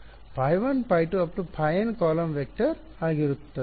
ϕn column vector ಆಗಿರುತ್ತದೆ